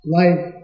life